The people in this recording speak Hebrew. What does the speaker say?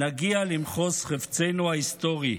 נגיע למחוז חפצנו ההיסטורי.